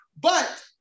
but-